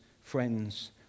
friends